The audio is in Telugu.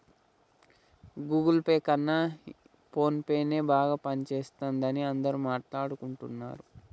గుగుల్ పే కన్నా ఫోన్పేనే బాగా పనిజేత్తందని అందరూ మాట్టాడుకుంటన్నరు